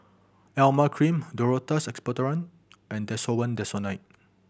Emla Cream Duro Tuss Expectorant and Desowen Desonide